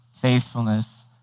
faithfulness